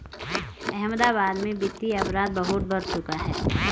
अहमदाबाद में वित्तीय अपराध बहुत बढ़ चुका है